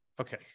Okay